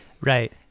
Right